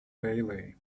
bailey